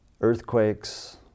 Earthquakes